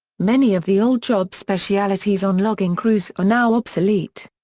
many of the old job specialities on logging crews are now obsolete.